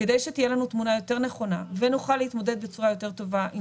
כדי שתהיה לנו תמונה יותר נכונה ונוכל להתמודד בצורה יותר טובה עם